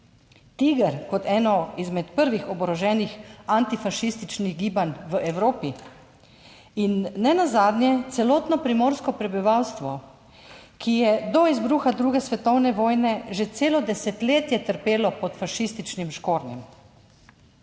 Tiger kot eno izmed prvih oboroženih antifašističnih gibanj v Evropi in nenazadnje celotno primorsko prebivalstvo, ki je do izbruha II. svetovne vojne že celo desetletje trpelo pod fašističnim škornjem.